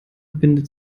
bindet